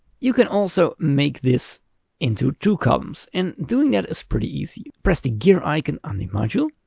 you can also make this into two columns and doing that is pretty easy. press the gear icon on the module,